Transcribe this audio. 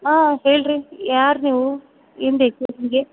ಹಾಂ ಹೇಳಿರಿ ಯಾರು ನೀವು ಏನು ಬೇಕು ನಿಮಗೆ